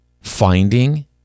finding